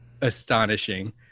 astonishing